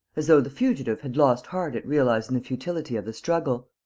as though the fugitive had lost heart at realizing the futility of the struggle.